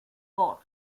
gore